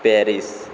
Paris